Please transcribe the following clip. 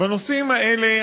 בנושאים האלה,